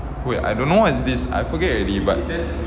wait I don't know what's this I forget already but then